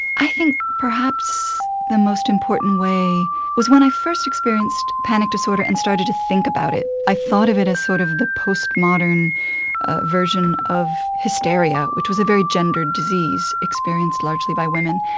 i think the most important way was when i first experienced panic disorder and started to think about it, i thought of it as sort of the post-modern version of hysteria, which was a very gendered disease experienced largely by women,